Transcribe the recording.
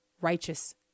righteous